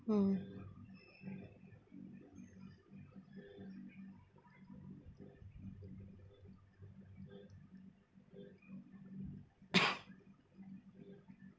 mm